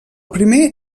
primer